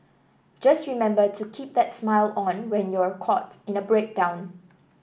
just remember to keep that smile on when you're caught in a breakdown